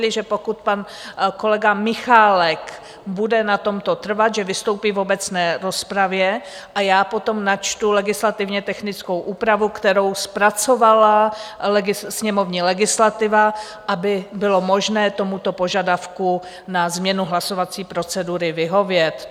My jsme se domluvili, že pokud pan kolega Michálek bude na tomto trvat, že vystoupí v obecné rozpravě a já potom načtu legislativně technickou úpravu, kterou zpracovala sněmovní legislativa, aby bylo možné tomuto požadavku na změnu hlasovací procedury vyhovět.